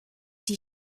die